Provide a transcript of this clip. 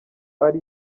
ari